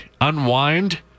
unwind